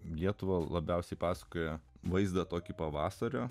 lietuvą labiausiai pasakoja vaizdą tokį pavasario